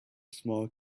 small